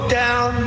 down